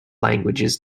languages